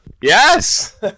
Yes